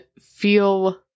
feel